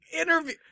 Interview